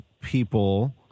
people